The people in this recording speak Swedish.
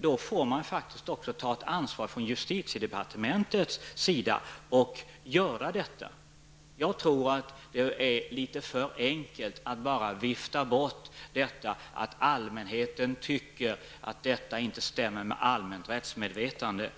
då får faktiskt justitiedepartementet också ta ett ansvar och göra detta. Jag tror att det är litet för enkelt att bara vifta bort detta att allmänheten tycker att det inte stämmer med allmänt rättsmedvetande.